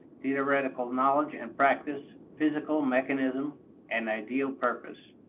theoretical knowledge and practice, physical mechanism and ideal purpose.